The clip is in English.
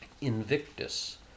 Invictus